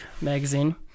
magazine